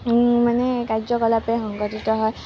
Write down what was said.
মানে কাৰ্যকলাপে সংঘটিত হয়